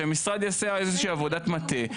שהמשרד יעשה איזושהי עבודת מטה,